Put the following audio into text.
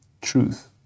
truth